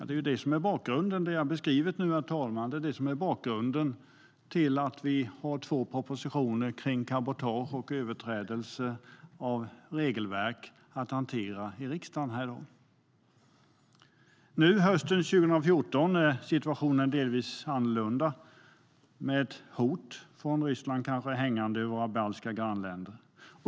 Det är det som är bakgrunden till att vi här i riksdagen har två propositioner om cabotage och överträdelse av regelverk att hantera. Nu, hösten 2014, är situationen delvis annorlunda med hot från Ryssland kanske hängande över våra baltiska grannländer.